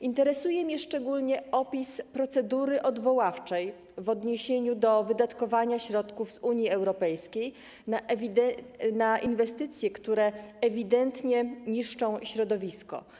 Interesuje mnie szczególnie opis procedury odwoławczej w odniesieniu do wydatkowania środków z Unii Europejskiej na inwestycje, które ewidentnie niszczą środowisko.